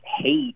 hate